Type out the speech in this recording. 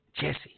Jesse